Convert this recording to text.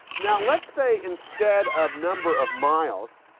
now let's say instead of number of miles,